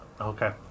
Okay